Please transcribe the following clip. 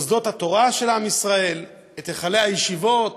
מוסדות התורה של עם ישראל, היכלי הישיבות,